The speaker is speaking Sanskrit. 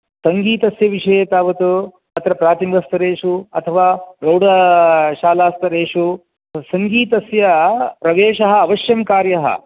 सङ्गीतस्य विषये तावत् अत्र प्राचीनस्तरेषु अथवा प्रौढशालास्तरेषु तु सङ्गीतस्य प्रवेशः अवश्यं कार्यः